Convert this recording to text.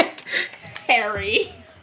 Harry